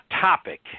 topic